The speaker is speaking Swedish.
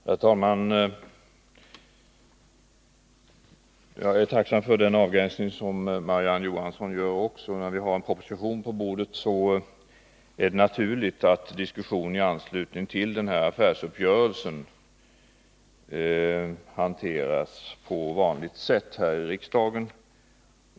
Herr talman! Jag är tacksam för den avgränsning som Marie-Ann Johansson gjorde. Det ligger en proposition på bordet, och det är naturligt att diskussionen i anslutning till den här affärsuppgörelsen sker på vanligt sätt häri riksdagen.